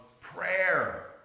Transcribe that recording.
prayer